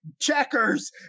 Checkers